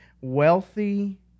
wealthy